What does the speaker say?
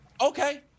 Okay